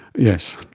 yes,